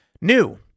New